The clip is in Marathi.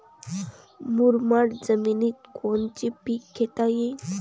मुरमाड जमिनीत कोनचे पीकं घेता येईन?